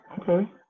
Okay